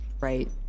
right